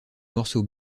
morceau